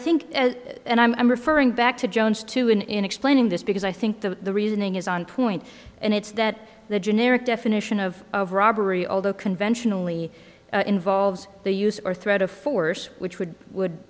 think and i'm referring back to joan's to in in explaining this because i think the reasoning is on point and it's that the generic definition of of robbery although conventionally involves the use or threat of force which would would